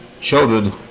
children